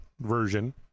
version